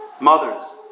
Mothers